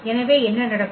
எனவே என்ன நடக்கும்